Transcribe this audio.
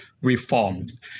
reforms